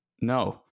No